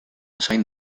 zain